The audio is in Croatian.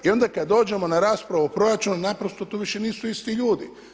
I onda kada dođemo na raspravu o proračunu naprosto to više nisu isti ljudi.